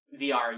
VR